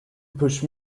push